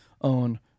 own